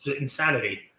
Insanity